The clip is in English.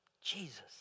Jesus